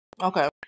okay